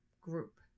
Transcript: group